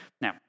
now